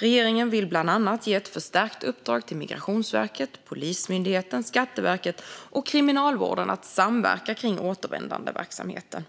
Regeringen vill bland annat ge ett förstärkt uppdrag till Migrationsverket, Polismyndigheten, Skatteverket och Kriminalvården att samverka kring återvändandeverksamheten.